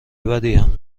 بدیم